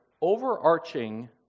overarching